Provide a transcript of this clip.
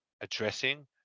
addressing